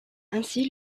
ainsi